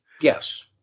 Yes